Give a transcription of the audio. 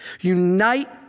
unite